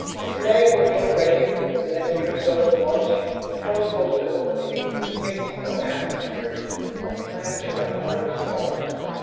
and, today, we're getting ready in the next year or so to launch telescopes that will take the taste of atmospheres of planets around other stars.